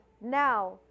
now